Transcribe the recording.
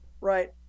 Right